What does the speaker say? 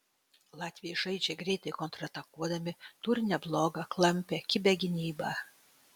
latviai žaidžia greitai kontratakuodami turi neblogą klampią kibią gynybą